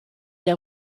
der